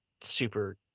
super